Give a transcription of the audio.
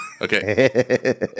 Okay